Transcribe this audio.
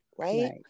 right